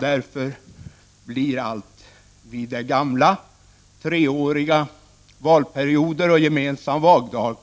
Därför blir allt vid det gamla: treåriga valperioder och gemensam valdag,